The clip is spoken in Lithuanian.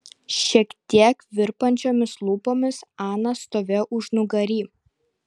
šiek tiek virpančiomis lūpomis ana stovėjo užnugary